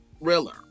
thriller